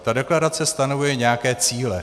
Ta deklarace stanovuje nějaké cíle.